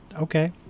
Okay